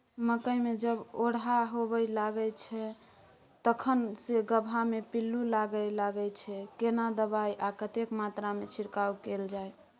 मकई मे जब ओरहा होबय लागय छै तखन से गबहा मे पिल्लू लागय लागय छै, केना दबाय आ कतेक मात्रा मे छिरकाव कैल जाय?